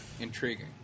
Intriguing